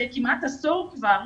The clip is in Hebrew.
כמעט עשור כבר,